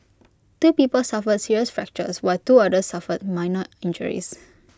two people suffered serious fractures while two others suffered minor injuries